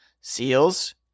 seals